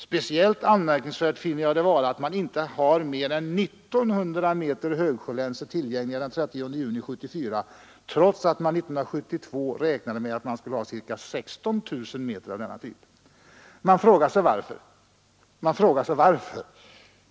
Speciellt anmärkningsvärt finner jag det vara att man inte har mer än 1 900 meter högsjölänsor tillgängliga den 30 juni 1974, trots att man 1972 räknade med att man skulle ha ca 16 000 meter länsor av denna typ. Vad är orsaken till detta?